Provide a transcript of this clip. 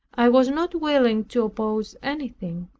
i was not willing to oppose anything.